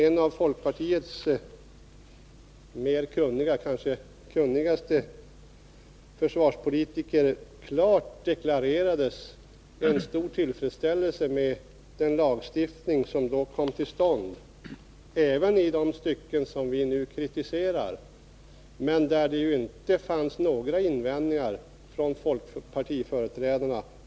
En av folkpartiets mer kunniga — kanske den mest kunniga — försvarspolitiker deklarerade klart en stor tillfredsställelse med den lagstiftning som då kom till stånd. Det gällde även de stycken som nu kritiseras. Det gjordes vid det tillfället inte några invändningar från folkpartiföreträdarna.